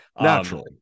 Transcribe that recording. Naturally